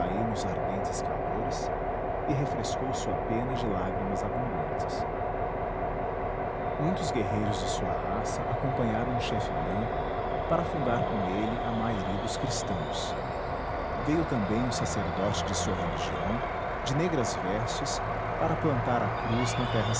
jataí nos ardentes calores e refrescou sua pena de lágrimas abundantes muitos guerreiros de sua raça acompanharam o chefe branco para fundar com ele a mairi dos cristãos veio também um sacerdote de sua religião de negras vestes para plantar a cruz